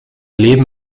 leben